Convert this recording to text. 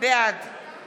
בעד